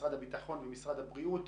משרד הביטחון ומשרד הבריאות.